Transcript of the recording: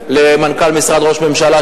למנכ"ל משרד הממשלה,